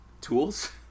tools